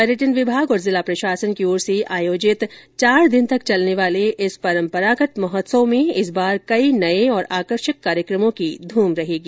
पर्यटन विभाग और जिला प्रशासन की ओर से आयोजित चार दिन तक चलने वाले इस परम्परागत महोत्सव में इस बार कई नए और आकर्षक कार्यक्रमों की धूम रहेगी